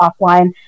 offline